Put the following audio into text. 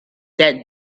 that